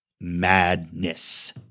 madness